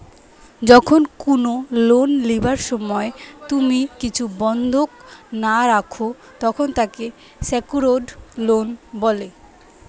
যখন কুনো লোন লিবার সময় তুমি কিছু বন্ধক না রাখো, তখন তাকে সেক্যুরড লোন বলে